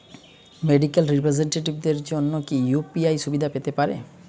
Medical রিপ্রেজন্টেটিভদের জন্য কি ইউ.পি.আই সুবিধা পেতে পারে?